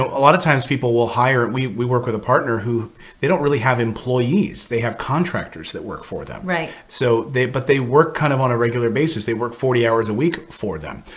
a lot of times, people will hire we we work with a partner who they don't really have employees. they have contractors that work for them. right. so but they work kind of on a regular basis. they work forty hours a week for them.